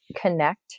connect